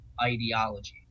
ideology